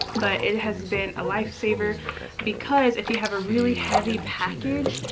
but it has been a lifesaver because if you have a really heavy package,